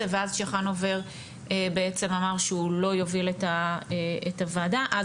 ואז צ'חנובר בעצם אמר שהוא לא יוביל את הוועדה אז